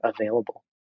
available